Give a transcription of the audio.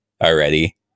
already